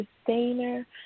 sustainer